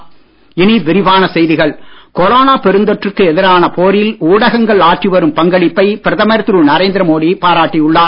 மோடி ஊடகம் கொரோனா பெருந்தொற்றுக்கு எதிரான போரில் ஊடகங்கள் ஆற்றி வரும் பங்களிப்பை பிரதமர் திரு நரேந்திர மோடி பாராட்டி உள்ளார்